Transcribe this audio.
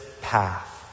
path